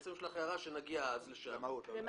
יש לך הערה שנוגעת למהות ונגיע לשם.